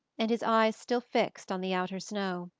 and his eyes still fixed on the outer snow.